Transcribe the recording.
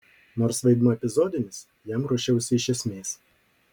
nors vaidmuo epizodinis jam ruošiausi iš esmės